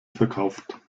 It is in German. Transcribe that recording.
verkauft